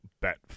bet